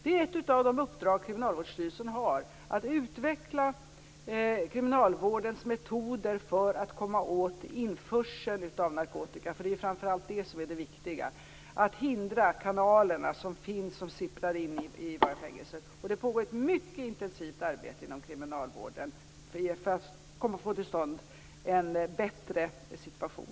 Ett av de uppdrag Kriminalvårdsstyrelsen har är att utveckla krimininalvårdens metoder för att komma åt införseln av narkotika. Det är framför allt det som är det viktiga. Det gäller att hindra kanalerna där narkotikan sipprar in i våra fängelser. Det pågår ett mycket intensivt arbete inom kriminalvården för att få till stånd en bättre situation.